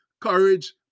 courage